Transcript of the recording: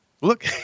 Look